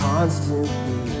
Constantly